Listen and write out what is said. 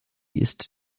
ist